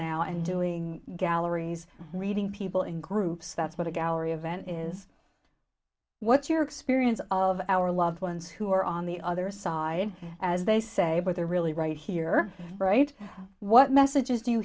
now and doing galleries reading people in groups that's what a gallery event is what's your experience of our loved ones who are on the other side as they say but they're really right here right what messages